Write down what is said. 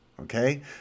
okay